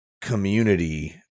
community